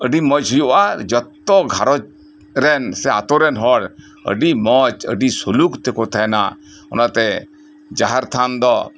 ᱟᱰᱤ ᱢᱚᱸᱡᱽ ᱦᱩᱭᱩᱜᱼᱟ ᱟᱨ ᱡᱷᱚᱛᱚ ᱜᱷᱟᱨᱚᱸᱡᱽ ᱨᱮᱱ ᱥᱮ ᱟᱛᱩ ᱨᱮᱱ ᱦᱚᱲ ᱟᱰᱤ ᱢᱚᱸᱡᱽ ᱟᱰᱤ ᱥᱩᱞᱩᱠ ᱛᱮᱠᱚ ᱛᱟᱦᱮᱸᱱᱟ ᱚᱱᱟ ᱛᱮ ᱡᱟᱦᱮᱨᱛᱷᱟᱱ ᱫᱚ